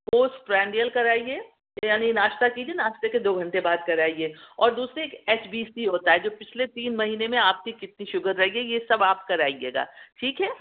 post prandial کرائیے یعنی ناشتہ کیجئے ناشتہ کے دو گھنٹے بعد کرائیے اور دوسری ایچ بی سی ہوتا ہے جو پچھلے تین مہینے میں آپ کی کتنی شوگر رہی ہے یہ سب آپ کرائیے گا ٹھیک ہے